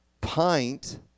pint